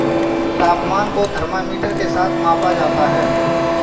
तापमान को थर्मामीटर के साथ मापा जाता है